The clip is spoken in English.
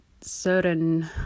certain